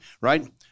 right